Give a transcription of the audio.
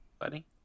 buddy